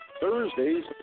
Thursdays